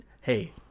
hey